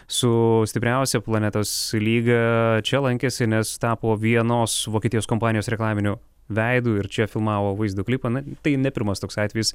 su stipriausia planetos lyga čia lankėsi nes tapo vienos vokietijos kompanijos reklaminiu veidu ir čia filmavo vaizdo klipą na tai ne pirmas toks atvejis